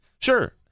Sure